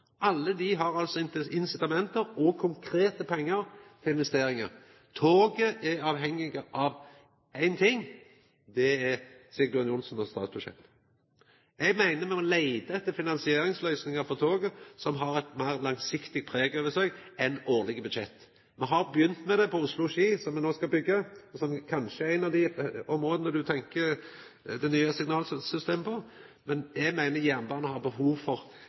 Alle dei har incitament og konkrete pengar til investeringar. Toget er avhengig av éin ting: Det er Sigbjørn Johnsen og statsbudsjettet. Eg meiner me må leita etter finansieringsløysingar for toget, som har eit meir langsiktig preg over seg enn årlege budsjett. Me har begynt med det på Oslo–Ski, som me no skal byggja, og som kanskje er eit av dei områda ein tenkjer eit nytt signalsystem på. Men eg meiner jernbanen har behov for